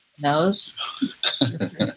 nose